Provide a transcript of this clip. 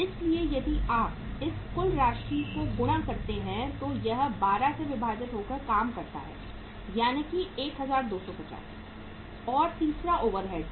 इसलिए यदि आप इस कुल राशि को गुणा करते हैं तो यह 12 से विभाजित होकर काम करता है यानी 1250 और तीसरा ओवरहेड्स है